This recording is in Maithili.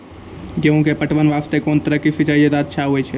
गेहूँ के पटवन वास्ते कोंन तरह के सिंचाई ज्यादा अच्छा होय छै?